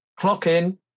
clock-in